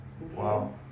Wow